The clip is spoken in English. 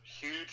huge